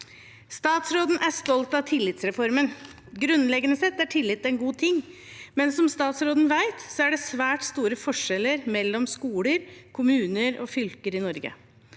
Statsråden er stolt av tillitsreformen. Grunnleggende sett er tillit en god ting, men som statsråden vet, er det svært store forskjeller mellom skoler, kommuner og fylker i Norge.